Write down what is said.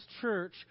church